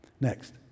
Next